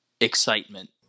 Excitement